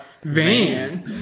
Van